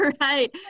right